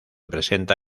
presenta